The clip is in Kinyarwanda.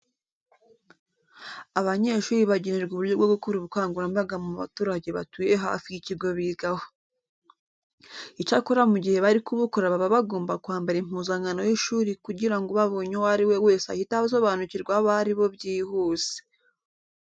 Abanyeshuri bagenerwa uburyo bwo gukora ubukangurambaga mu baturage batuye hafi y'ikigo bigaho. Icyakora mu gihe bari kubukora baba bagomba kwambara impuzankano y'ishuri kugira ngo ubabonye uwo ari we wese ahite asobanukirwa abo ari bo byihuse.